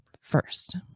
first